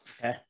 Okay